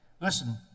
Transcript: Listen